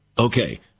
Okay